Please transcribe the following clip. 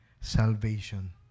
salvation